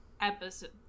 episode